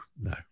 no